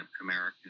american